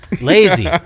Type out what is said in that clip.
Lazy